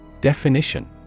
Definition